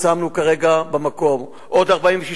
שמנו כרגע במקום עוד 46,